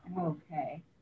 okay